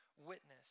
witness